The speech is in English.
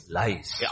lies